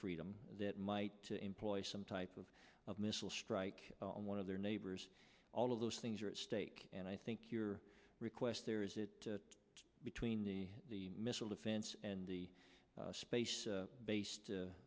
freedom that might employ some type of missile strike on one of their neighbors all of those things are at stake and i think your request there is it between the the missile defense and the space based